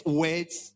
words